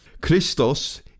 Christos